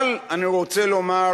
אבל אני רוצה לומר